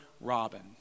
Robin